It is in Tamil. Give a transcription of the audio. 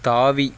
தாவி